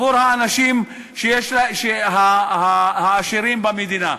עבור האנשים העשירים במדינה.